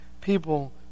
people